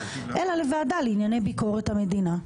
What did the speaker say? אלא לוועדה לענייני ביקורת המדינה.